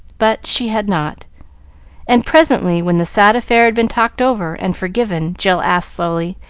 but she had not and presently, when the sad affair had been talked over and forgiven, jill asked, slowly,